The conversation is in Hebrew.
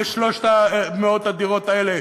ל-300 הדירות האלה?